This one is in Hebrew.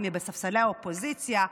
האם היא בספסלי האופוזיציה,